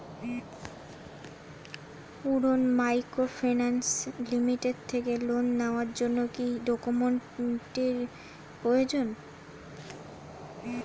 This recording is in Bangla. উত্তরন মাইক্রোফিন্যান্স লিমিটেড থেকে লোন নেওয়ার জন্য কি কি ডকুমেন্টস এর প্রয়োজন?